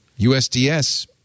usds